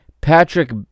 Patrick